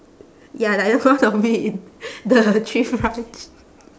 ya like the front of it the tree branch